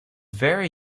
very